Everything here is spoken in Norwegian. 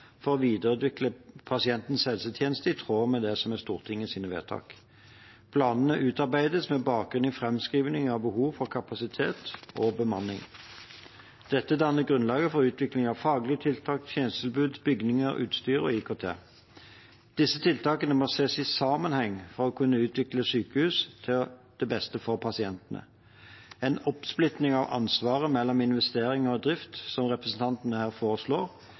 for å videreutvikle pasientens helsetjeneste i tråd med det som er Stortingets vedtak. Planene utarbeides med bakgrunn i framskrivning av behovet for kapasitet og bemanning. Dette danner grunnlaget for utvikling av faglige tiltak, tjenestetilbud, bygninger, utstyr og IKT. Disse tiltakene må ses i sammenheng for å kunne utvikle sykehus til beste for pasientene. En oppsplitting av ansvaret mellom investeringer og drift, som representanten her foreslår,